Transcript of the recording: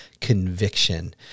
conviction